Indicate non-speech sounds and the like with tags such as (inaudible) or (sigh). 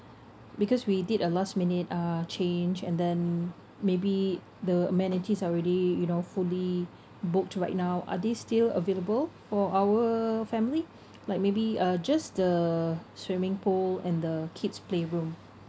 because we did a last minute uh change and then maybe the amenities are already you know fully booked right now are they still available for our family (noise) like maybe uh just the swimming pool and the kids playroom